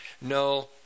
no